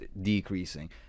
decreasing